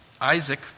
Isaac